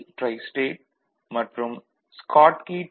tristate மற்றும் Schottky D